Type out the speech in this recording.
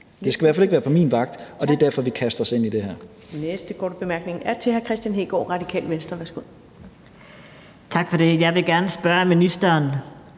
Det skal i hvert fald ikke være på min vagt, og det er derfor, vi kaster os ind i det her.